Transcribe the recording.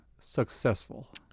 Successful